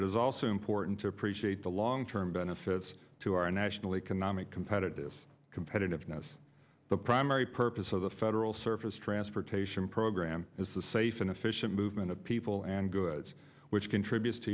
it is also important to appreciate the long term benefit as to our national economic competitive competitiveness the primary purpose of the federal surface transportation program is the safe and efficient movement of people and goods which contributes to